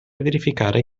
verificare